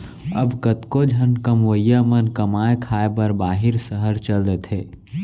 अब कतको झन कमवइया मन कमाए खाए बर बाहिर सहर चल देथे